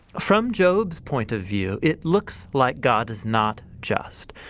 from job's point of view it looks like god is not just.